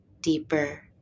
deeper